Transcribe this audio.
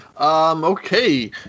Okay